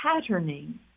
patterning